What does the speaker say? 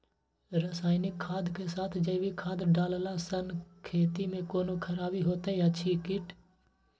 रसायनिक खाद के साथ जैविक खाद डालला सॅ खेत मे कोनो खराबी होयत अछि कीट?